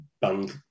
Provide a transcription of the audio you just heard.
band